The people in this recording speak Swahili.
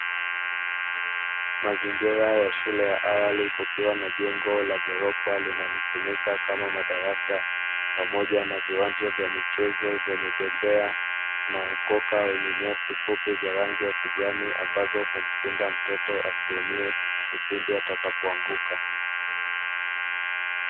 Mazingira ya shule ya awali kukiwa na jengo la ghorofa linalotumika kama darasa pamoja na viwanja vya michezo vyenye bembea na ukoka wenye nyasi fupi za rangi ya kijani, ambazo humkinga mtoto asiumie kipindi atakapoanguka.